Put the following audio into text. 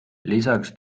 lisaks